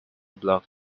block